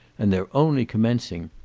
and they're only commencing.